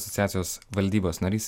asociacijos valdybos narys